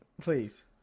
Please